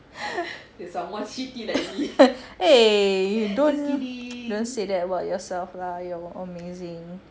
eh you don't don't say that about yourself lah you are amazing